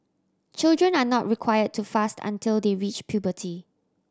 children are not required to fast until they reach puberty